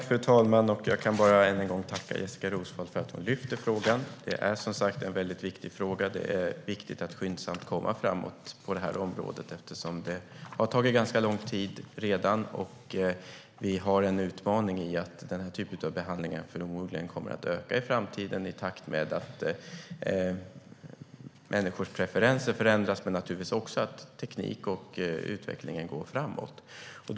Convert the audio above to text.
Fru talman! Jag kan bara än en gång tacka Jessika Roswall för att hon lyfter fram frågan. Den är som sagt väldigt viktig, och det är viktigt att skyndsamt komma framåt på området. Det har nämligen tagit ganska lång tid redan. Vi har också en utmaning i att den här typen av behandlingar förmodligen kommer att öka i framtiden i takt med att människors preferenser förändras. Tekniken och utvecklingen går också framåt.